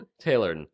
Taylor